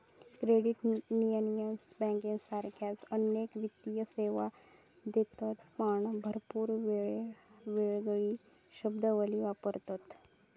credit union बँकांसारखाच अनेक वित्तीय सेवा देतत पण भरपूर येळेक येगळी शब्दावली वापरतत